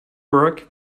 work